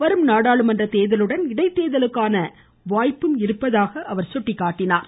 வரும் நாடாளுமன்ற தேர்தலுடன் இடைத்தேர்தலுக்கான வாய்ப்பு இருப்பதாகவும் அவர் சுட்டிக்காட்டினார்